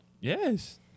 Yes